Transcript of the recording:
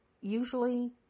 Usually